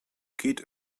geht